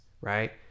right